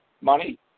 money